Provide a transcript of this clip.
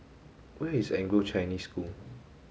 where is Anglo Chinese School